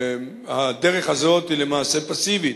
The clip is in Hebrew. והדרך הזאת היא למעשה פסיבית,